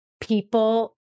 people